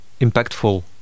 impactful